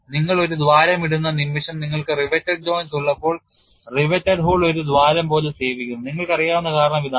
നിങ്ങൾ ഒരു ദ്വാരം ഇടുന്ന നിമിഷം നിങ്ങൾക്ക് riveted joints ഉള്ളപ്പോൾ riveted hole ഒരു ദ്വാരം പോലെ സേവിക്കുന്നുനിങ്ങൾക്കറിയാവുന്ന കാരണം ഇതാണ്